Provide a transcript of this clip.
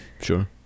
sure